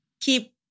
keep